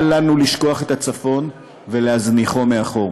אל לנו לשכוח את הצפון ולהזניחו מאחור.